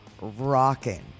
rocking